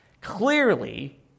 Clearly